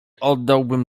oddałbym